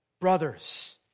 brothers